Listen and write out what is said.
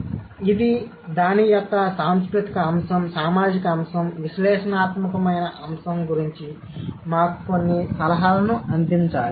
కాబట్టి ఇది దాని యొక్క సాంస్కృతిక అంశం సామాజిక అంశం విశ్లేషణాత్మకమైన అంశం గురించి మాకు కొన్ని సలహాలను అందించాలి